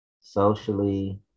socially